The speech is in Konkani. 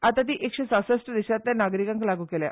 आता ती एकशे सासश्ट देशांतल्या नागरीकांक लाग् केल्या